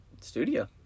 studio